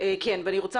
אני רוצה